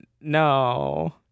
no